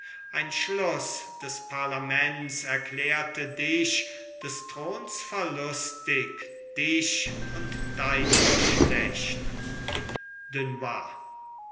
ein schluß des parlaments erklärte dich des throns verlustig dich und dein geschlecht dunois